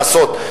לעשות,